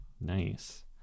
Nice